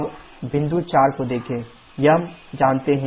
अब बिंदु 4 को देखें हम जानते हैं कि s1s4sf